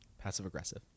passive-aggressive